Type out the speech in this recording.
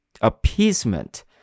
appeasement